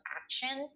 action